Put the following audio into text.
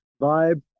vibe